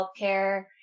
healthcare